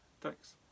Thanks